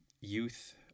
youth